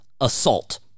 assault